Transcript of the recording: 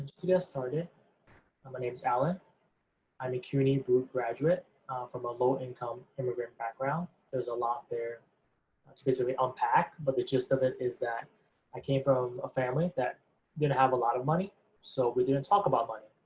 to get started, hi my name is alan i'm a cuny baruch graduate from a low-income immigrant background. there is a lot there to basically unpack, but the gist of it is that i came from a family that didn't have a lot of money so we didn't talk about money.